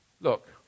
Look